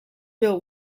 real